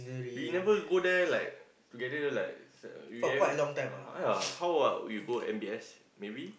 we never go there like together like s~ we every ya how old ah we go M_B_S maybe